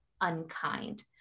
unkind